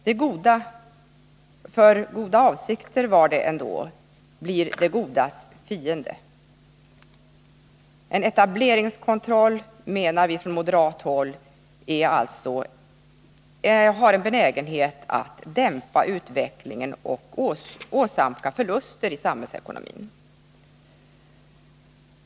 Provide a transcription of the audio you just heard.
Det bästa — för bra avsikter var det ändå — blir det godas fiende. En etableringskontroll, menar vi från moderat håll, har en benägenhet att dämpa utvecklingen och åsamka förluster i samhällsekonomin.